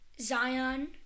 Zion